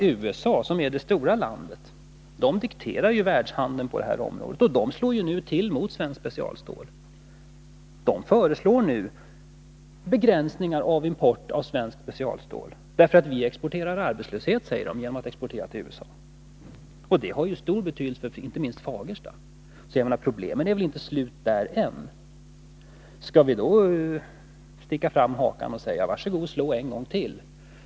Men vi vet att USA, det stora landet Måndagen den som dikterar världshandeln på detta område, nu slår till mot svenskt 14 december 1981 specialstål. USA föreslår begränsningar i importen av svenskt specialstål. Amerikanarna säger att vi exporterar arbetslöshet genom att exportera till Om nedskärning USA. Den föreslagna importbegränsningen har stor betydelse, inte minst för Fagersta. Så problemen i Fagersta är nog inte slut än. Skall vi då sticka fram hakan och säga: Var så god, slå en gång till?